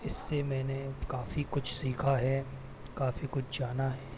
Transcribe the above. इससे मैंने काफ़ी कुछ सीखा है काफ़ी कुछ जाना है